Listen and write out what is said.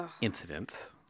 incidents